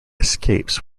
escapes